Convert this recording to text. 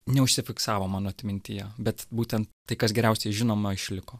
neužsifiksavo mano atmintyje bet būtent tai kas geriausiai žinoma išliko